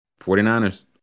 49ers